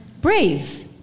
brave